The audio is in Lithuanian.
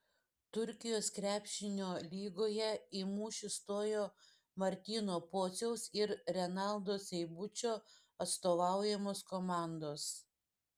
turkijos krepšinio lygoje į mūšį stojo martyno pociaus ir renaldo seibučio atstovaujamos komandos